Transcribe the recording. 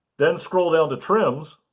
then, scroll down to trims